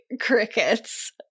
crickets